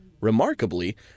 remarkably